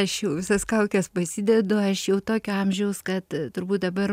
aš jau visas kaukes pasidedu aš jau tokio amžiaus kad turbūt dabar